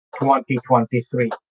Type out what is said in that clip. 2023